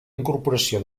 incorporació